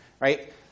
right